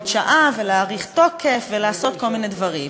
שעה ולהאריך תוקף ולעשות כל מיני דברים.